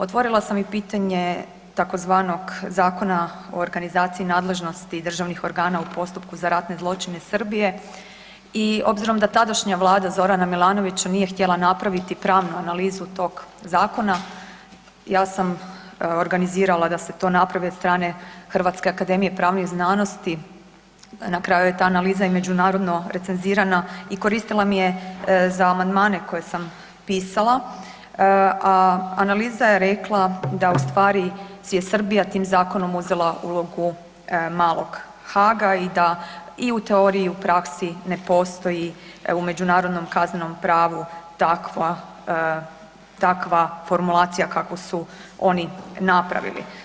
Otvorila sam i pitanje tzv. zakona o organizaciji nadležnosti državnih organa u postupku za ratne zločine Srbije i obzirom da tadašnja vlada Zorana Milanovića nije htjela napraviti pravnu analizu tog zakona ja sam organizirala da se to napravi od strane Hrvatske akademije pravnih znanosti, na kraju je ta analiza i međunarodno recenzirana i koristila mi je za amandmane koje sam pisala, a analiza je rekla da u stvari si je Srbija tim zakonom uzela ulogu malog Haga i da i u teoriji i u praksi ne postoji u međunarodnom kaznenom pravu takva formulacija kakvu su oni napravili.